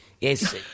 Yes